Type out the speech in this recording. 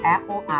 Apple